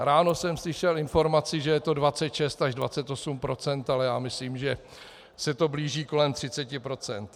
Ráno jsem slyšel informaci, že je to 26 až 28 %, ale myslím, že se to blíží kolem 30 %.